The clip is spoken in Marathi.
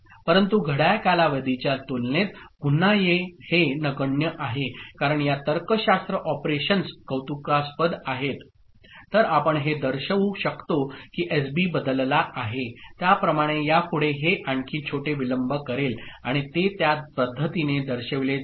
परंतु घड्याळ कालावधीच्या तुलनेत पुन्हा हे नगण्य आहे कारण या तर्कशास्त्र ऑपरेशन्स कौतुकास्पद आहेत तर आपण हे दर्शवू शकतो की एसबी बदलला आहे त्याप्रमाणे यापुढे हे आणखी छोटे विलंब करेल आणि ते त्या पद्धतीने दर्शविले जाईल